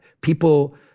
people